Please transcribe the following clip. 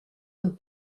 und